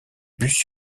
bus